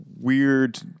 weird